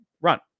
run